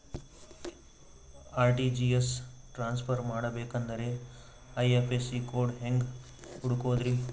RTGS transfer ಮಾಡಬೇಕೆಂದರೆ IFSC code ಹೆಂಗ್ ಹುಡುಕೋದ್ರಿ?